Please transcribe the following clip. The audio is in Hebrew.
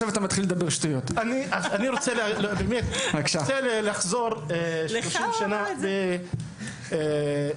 אני רוצה לחזור 30 שנה אחורה,